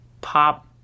pop